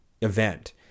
event